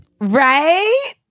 right